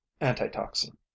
Antitoxin